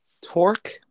Torque